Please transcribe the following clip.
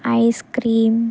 ice cream